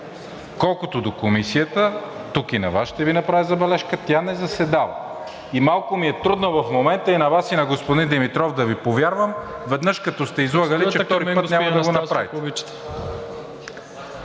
Колкото до Комисията, тук и на Вас ще Ви направя забележка, тя не заседава. Малко ми е трудно в момента и на Вас, и на господин Димитров да Ви повярвам, че веднъж като сте излъгали, че втори път няма да го направите.